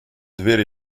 дверь